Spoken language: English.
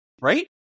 right